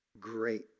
great